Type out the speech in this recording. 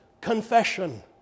confession